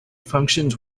functions